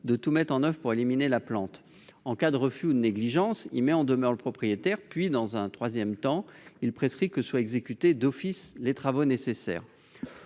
de tout mettre en oeuvre pour éliminer la plante. En cas de refus ou de négligence, elle met en demeure le propriétaire ; puis, dans un troisième temps, l'ARS prescrit que soient exécutés d'office les travaux nécessaires.